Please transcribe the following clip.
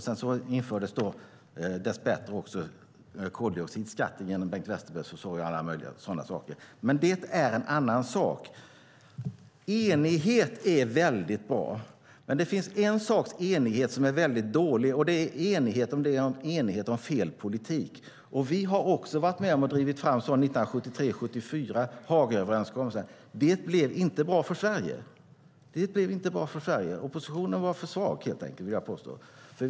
Sedan infördes dess bättre koldioxidskatt genom Bengt Westerbergs försorg, men det är en annan sak. Enighet är väldigt bra, men det finns en sorts enighet som är väldigt dålig, och det är enighet om fel politik. Vi har varit med och drivit fram en sådan 1973/74, Hagaöverenskommelserna. Det blev inte bra för Sverige. Oppositionen var helt enkelt för svag, vill jag påstå.